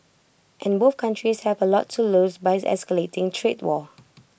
and both countries have A lot to lose by escalating trade war